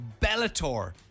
Bellator